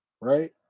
right